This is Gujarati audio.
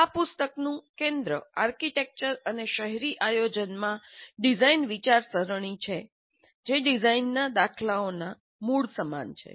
આ પુસ્તકનું કેન્દ્ર આર્કિટેક્ચર અને શહેરી આયોજનમાં ડિઝાઇન વિચારસરણી છે જે ડિઝાઇનના દાખલાઓના મૂળ સમાન છે